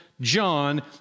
John